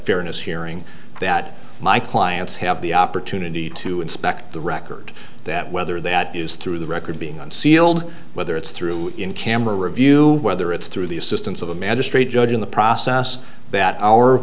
hearing that my clients have the opportunity to inspect the record that whether that is through the record being unsealed whether it's through in camera review whether it's through the assistance of a magistrate judge in the process that our